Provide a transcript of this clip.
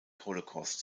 holocaust